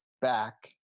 back